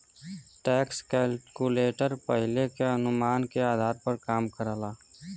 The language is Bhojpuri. टैक्स कैलकुलेटर पहिले के अनुमान के आधार पर काम करला